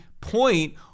point